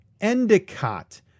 Endicott